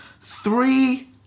three